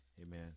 Amen